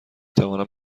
توانم